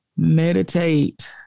meditate